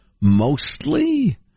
Mostly